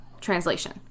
translation